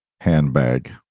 handbag